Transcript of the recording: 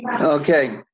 Okay